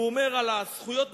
הוא אומר על הזכויות בשטחים: